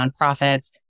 nonprofits